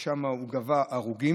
ששם הוא גבה הרוגים.